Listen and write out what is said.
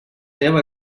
neva